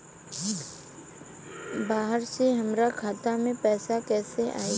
बाहर से हमरा खाता में पैसा कैसे आई?